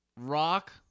Rock